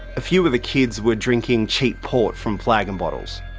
a few of the kids were drinking cheap port from flagon bottles.